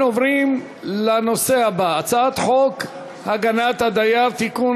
אנחנו עוברים לנושא הבא: הצעת חוק הגנת הדייר (תיקון,